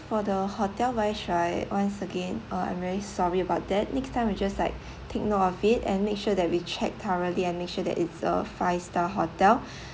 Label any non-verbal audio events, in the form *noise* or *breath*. for the hotel wise right once again uh I'm really sorry about that next time we'll just like take note of it and make sure that we check thoroughly and make sure that it's a five star hotel *breath*